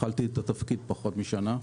והתחלתי את התפקיד לפני פחות משנה.